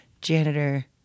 janitor